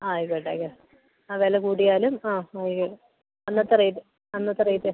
ആയിക്കോട്ടെ ആയിക്കോട്ടെ ആ വില കൂടിയാലും ആ ഇവിടെ അന്നത്തെ റേറ്റ് അന്നത്തെ റേറ്റ്